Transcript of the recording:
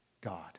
God